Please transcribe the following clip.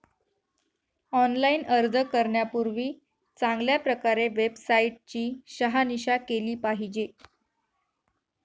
online अर्ज करण्यापूर्वी चांगल्या प्रकारे वेबसाईट ची शहानिशा केली पाहिजे